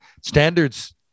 standards